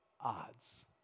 odds